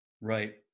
Right